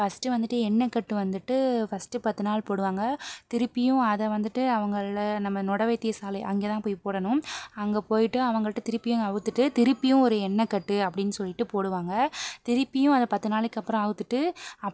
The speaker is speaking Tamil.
ஃபர்ஸ்ட் வந்துட்டு எண்ணெக்கட்டு வந்துட்டு ஃபர்ஸ்ட் பத்துநாள் போடுவாங்க திருப்பியும் அதை வந்துட்டு அவங்கள்ல நம்ம நொடவைத்தியசாலை அங்கே தான் போய் போடணும் அங்கே போய்ட்டு அவங்கள்ட்ட திருப்பியும் அவுத்திட்டு திருப்பியும் ஒரு எண்ணெக்கட்டு அப்படினு சொல்லிட்டு போடுவாங்க திருப்பியும் அதை பத்து நாளைக்கு அப்புறம் அவுத்திட்டு